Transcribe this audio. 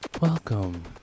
welcome